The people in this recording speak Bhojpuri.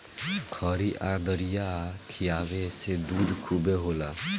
खरी आ दरिया खिआवे से दूध खूबे होला